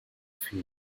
few